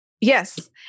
Yes